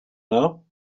now